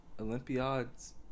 Olympiads